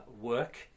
work